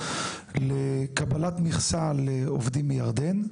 לקבלת מכסה לעובדים מירדן,